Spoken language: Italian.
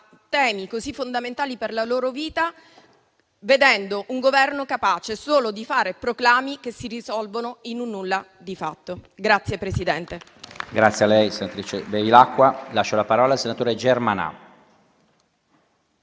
temi così fondamentali per la loro vita, vedendo un Governo capace solo di fare proclami che si risolvono in un nulla di fatto.